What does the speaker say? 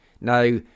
Now